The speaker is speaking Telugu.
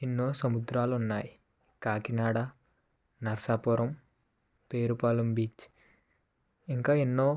ఎన్నో సముద్రాలు ఉన్నాయి కాకినాడ నర్సాపురం పేరుపాలెం బీచ్ ఇంకా ఎన్నో